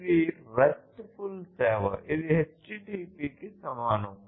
ఇది RESTfull సేవ ఇది HTTP కి సమానం